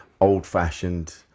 old-fashioned